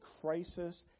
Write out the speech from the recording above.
crisis